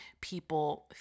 people